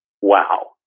wow